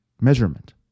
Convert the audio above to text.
measurement